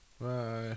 Bye